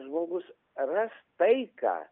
žmogus ras taiką